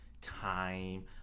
time